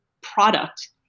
product